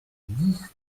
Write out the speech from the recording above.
dix